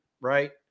right